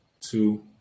two